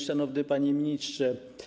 Szanowny Panie Ministrze!